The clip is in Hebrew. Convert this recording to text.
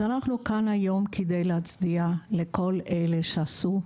אז אנחנו כאן כדי להצדיע לכל אלה שעשו,